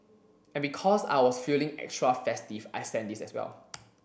and because I was feeling extra festive I sent this as well